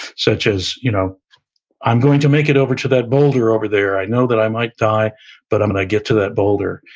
such as, you know i'm going to make it over to that boulder over there. i know that i might die but i'm gonna get to that boulder.